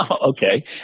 Okay